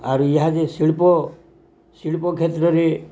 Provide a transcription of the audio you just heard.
ଆରୁ ଇହାଦେ ଶିଳ୍ପ ଶିଳ୍ପ କ୍ଷେତ୍ରରେ